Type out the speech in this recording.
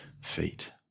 feet